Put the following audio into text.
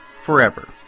forever